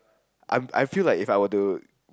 I'm I feel like If I were to